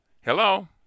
Hello